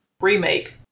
remake